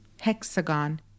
hexagon